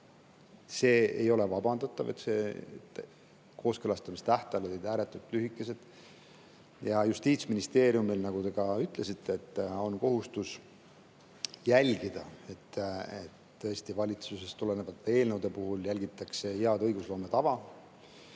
see ei ole vabandatav, et kooskõlastamise tähtajad olid ääretult lühikesed. Justiitsministeeriumil, nagu te ütlesite, on tõesti kohustus jälgida, et valitsusest tulevate eelnõude puhul järgitakse head õigusloome tava.